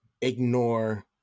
ignore